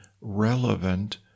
relevant